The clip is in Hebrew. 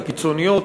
הקיצוניות